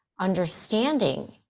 understanding